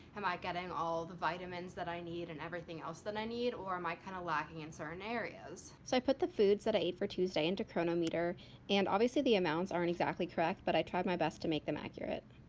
am i getting all the vitamins that i need and everything else that i need or am i kind of lacking in certain areas? so i put the food set for tuesday into chronometer and obviously the amounts aren't exactly correct but i tried my best to make them accurate.